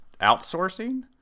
Outsourcing